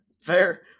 fair